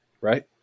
right